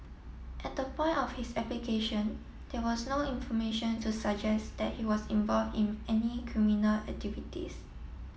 at the point of his application there was no information to suggest that he was involve in any criminal activities